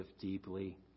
deeply